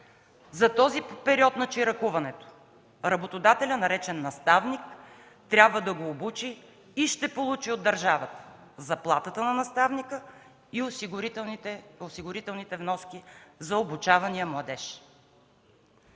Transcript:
За този период на чиракуването работодателят, наречен „наставник”, трябва да го обучи и ще получи от държавата заплатата на наставника и осигурителните вноски за обучавания младеж.